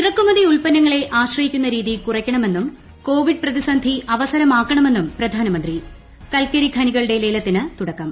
ഇറക്കുമതി ഉല്പന്നങ്ങളെ ആശ്രയിക്കുന്ന രീതി കുറയ്ക്കണമെന്നും ക്ടോവിഡ് പ്രതിസന്ധി അവസരമാക്കണമെന്നും പ്രധാനമന്ത്രി കൽക്കരി ഖനികളുടെ ലേല്ത്തീന് തുടക്കം